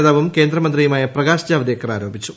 നേതാവും കേന്ദ്രമന്ത്രിയുമായ പ്രകാശ് ജാവദേക്കർ ആരോപിച്ചു